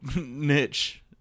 niche